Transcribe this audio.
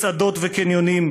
מסעדות וקניונים?